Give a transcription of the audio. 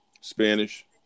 Spanish